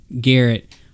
Garrett